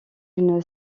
une